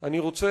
אני מודה לך.